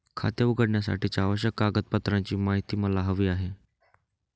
खाते उघडण्यासाठीच्या आवश्यक कागदपत्रांची माहिती मला हवी आहे